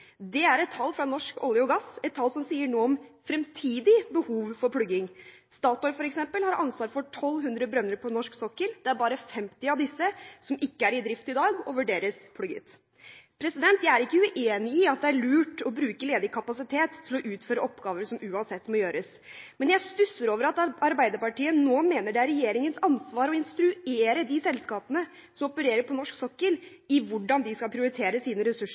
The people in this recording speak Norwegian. Det er et tall fra Norsk olje og gass – et tall som sier noe om fremtidig behov for plugging. Statoil, f.eks., har ansvar for 1 200 brønner på norsk sokkel, det er bare 50 av disse som ikke er i drift i dag, og som vurderes plugget. Jeg er ikke uenig i at det er lurt å bruke ledig kapasitet til å utføre oppgaver som uansett må gjøres, men jeg stusser over at Arbeiderpartiet nå mener det er regjeringens ansvar å instruere de selskapene som opererer på norsk sokkel, i hvordan de skal prioritere sine ressurser